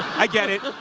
i get it.